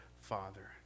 father